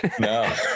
No